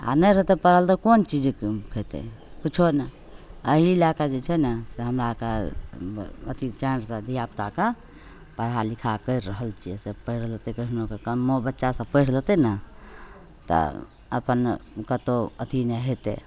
आओर नहि होतै पढ़ल तऽ कोन चीज खएतै किछु नहि एहि लैके जे छै ने हमराके अथी चैनसे धिआपुताकेँ पढ़ा लिखा करि रहल छिए सब पढ़ि लेतै कखनहुके कम्मो बच्चासभ पढ़ि जएतै ने तऽ अपन कतह अथी नहि हेतै